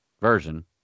version